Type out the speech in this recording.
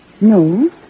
No